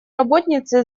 работницы